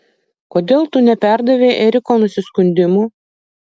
kodėl tu neperdavei eriko nusiskundimų